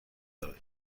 داریم